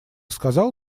сказал